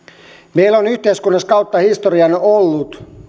meillä on kautta historian ollut